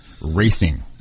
Racing